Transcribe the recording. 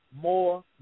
More